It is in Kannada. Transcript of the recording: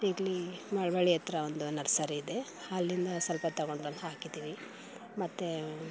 ಇಲ್ಲಿ ಮಳವಳ್ಳಿ ಹತ್ರ ಒಂದು ನರ್ಸರಿ ಇದೆ ಅಲ್ಲಿಂದ ಸ್ವಲ್ಪ ತೊಗೊಂಡು ಬಂದು ಹಾಕಿದ್ದೀವಿ ಮತ್ತು